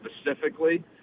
specifically